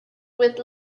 with